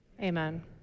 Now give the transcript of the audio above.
amen